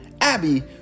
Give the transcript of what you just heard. abby